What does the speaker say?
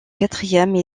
quatrième